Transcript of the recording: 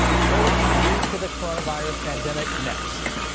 closing due to the coronavirus pandemic next.